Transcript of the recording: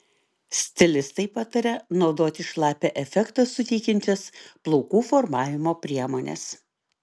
stilistai pataria naudoti šlapią efektą suteikiančias plaukų formavimo priemones